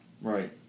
Right